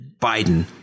Biden